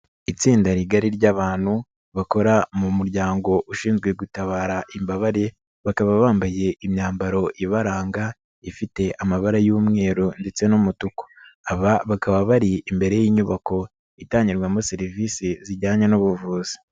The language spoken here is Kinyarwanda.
Itsinda rigari ry'abantu bakora mu muryango ushinzwe gutabara imbabare, bakaba bambaye imyambaro ibaranga ifite amabara y'umweru ndetse n'umutuku, aba bakaba bari imbere y'inyubako itangirwamo serivisi zijyanye n'ubuvuzi.